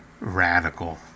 Radical